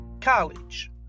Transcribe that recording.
college